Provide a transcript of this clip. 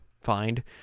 find